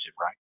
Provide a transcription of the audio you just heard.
right